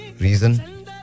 reason